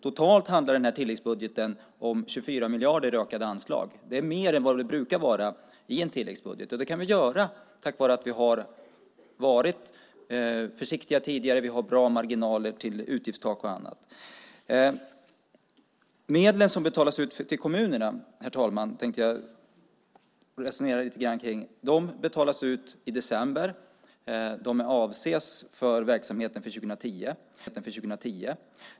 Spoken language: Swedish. Totalt handlar den här tilläggsbudgeten om 24 miljarder i ökade anslag. Det är mer än det brukar vara i en tilläggsbudget. Men så här kan vi göra tack vare att vi tidigare har varit försiktiga och har bra marginaler när det gäller utgiftstak och annat. De medel som betalas ut till kommunerna, herr talman, tänkte jag lite grann resonera om. Dessa medel betalas ut i december och är avsedda för verksamheten 2010.